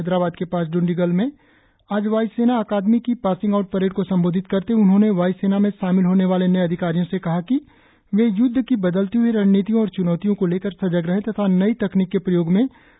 हैदराबाद के पास इंडीगल में आज वाय् सेना अकादमी की पासिंग आउट परेड को संबोधित करते हुए उन्होंने वाय़ सेना में शामिल होने वाले नये अधिकारियों से कहा कि वे युद्ध की बदलती हुई रणनीतियों और चुनौतियों को लेकर सजग रहें तथा नई तकनीक के प्रयोग में अपने को सक्षम बनायें